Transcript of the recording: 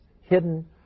hidden